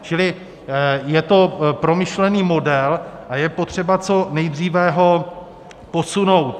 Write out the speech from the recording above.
Čili je to promyšlený model a je potřeba co nejdříve ho posunout.